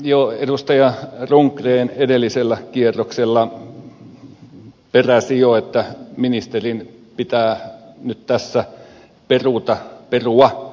edustaja rundgren edellisellä kierroksella peräsi jo että ministerin pitää nyt tässä perua joitakin aloituspaikkasupistusehdotuksia